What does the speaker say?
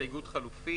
יש הסתייגות חלופית: